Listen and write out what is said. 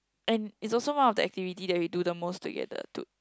and is also one of the activity that we do the most together to